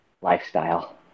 lifestyle